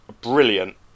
brilliant